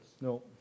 No